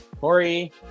Corey